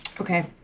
Okay